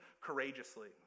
courageously